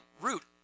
root